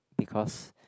because